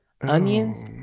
onions